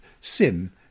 sin